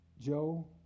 Joe